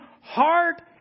heart